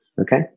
Okay